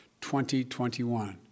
2021